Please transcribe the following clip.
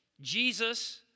Jesus